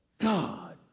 God